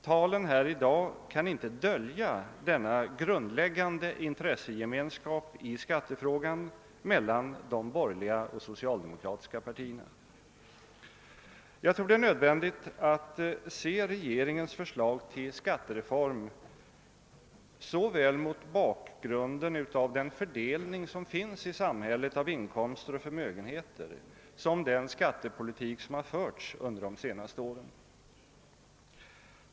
Talen här i dag kan inte dölja denna grundläggande intressegemenskap i skattefrågan mellan de borgerliga partierna och det socialdemokratiska partiet. Jag tror att det är nödvändigt att se regeringens förslag till skattereform mot bakgrunden av såväl den fördelning som finns i samhället av inkomster och förmögenheter som den skattepolitik som har förts under de senaste åren.